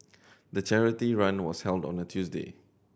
the charity run was held on a Tuesday